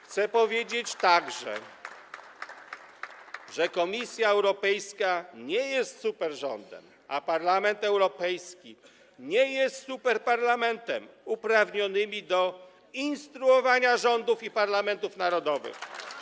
Chcę powiedzieć także, że Komisja Europejska nie jest superrządem, a Parlament Europejski nie jest superparlamentem uprawnionym do instruowania rządów i parlamentów narodowych.